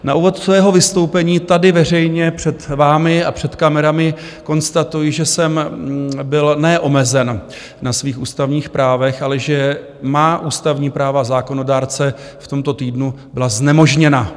Na úvod svého vystoupení tady veřejně před vámi a před kamerami konstatuji, že jsem byl ne omezen na svých ústavních právech, ale že má ústavní práva zákonodárce v tomto týdnu byla znemožněna.